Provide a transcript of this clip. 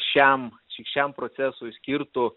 šiam šiam procesui skirtu